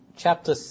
Chapter